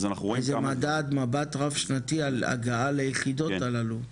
איזה מדד, מבט רב שנתי על הגעה ליחידות הללו?